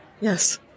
Yes